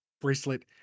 bracelet